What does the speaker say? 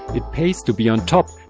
it pays to be on top,